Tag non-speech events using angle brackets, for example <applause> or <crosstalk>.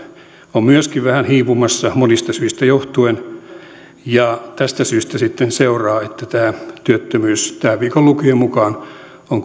ovat myöskin vähän hiipumassa monista syistä johtuen tästä syystä seuraa että tämä työttömyys tämän viikon lukujen mukaan on <unintelligible>